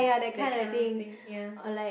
that kind of thing ya